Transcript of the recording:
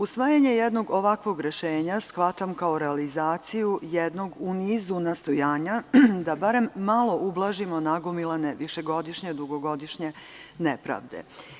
Usvajanje jednog ovakvog rešenja shvatam kao realizaciju jednog u nizu nastojanja da barem malo ublažimo nagomilane višegodišnje, dugogodišnje nepravde.